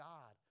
God